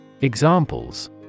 Examples